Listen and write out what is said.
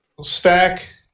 stack